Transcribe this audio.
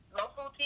local